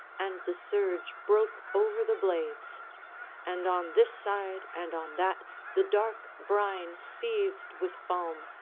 and the surge broke over the blades and on this side and on that the dark brine seethed with foam,